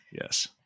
Yes